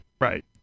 Right